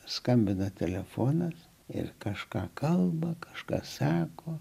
skambina telefonas ir kažką kalba kažką sako